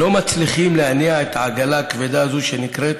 לא מצליחה להניע את העגלה הכבדה הזאת שנקראת